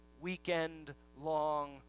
weekend-long